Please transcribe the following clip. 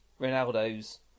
Ronaldo's